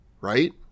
right